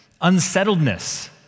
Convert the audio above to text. unsettledness